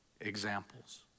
examples